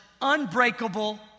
unbreakable